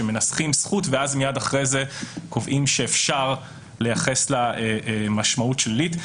כאשר מנסחים זכות ואז מיד אחר כך קובעים שאפשר לייחס לה משמעות שלילית.